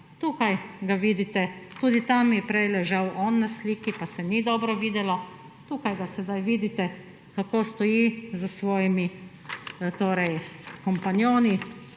Tukaj ga vidite, tudi tam je prej ležal on na sliki, pa se ni dobro videlo. Tukaj ga sedaj vidite, kako stoji s svojimi kompanjoni,